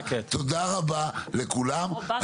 תודה רבה על הדיון,